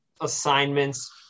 assignments